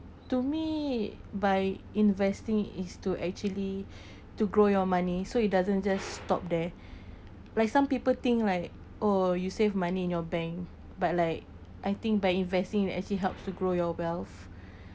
to me by investing is to actually to grow your money so it doesn't just stop there like some people think like oh you save money in your bank but like I think by investing you actually helps to grow your wealth